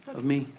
of me.